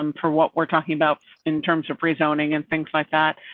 um for what we're talking about in terms of rezoning and things like that.